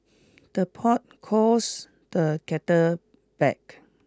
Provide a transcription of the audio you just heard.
the pot calls the kettle back